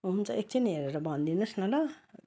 हुन्छ एकछिन हेरेर भनिदिनु होस् न ल